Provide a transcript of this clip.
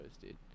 dude